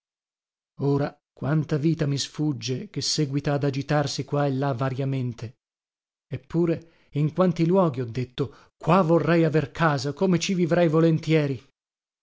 ora quanta vita mi sfugge che séguita ad agitarsi qua e là variamente eppure in quanti luoghi ho detto qua vorrei aver casa come ci vivrei volentieri